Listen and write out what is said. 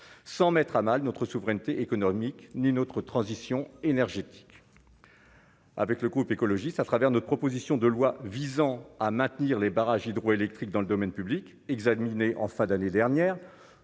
sans mettre à mal notre souveraineté économique ni notre transition énergétique. Avec le groupe écologiste à travers notre proposition de loi visant à maintenir les barrages hydroélectriques dans le domaine public, examiné en fin d'année dernière,